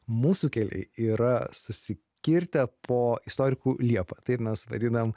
mūsų keliai yra susikirtę po istorikų liepa taip mes vadinam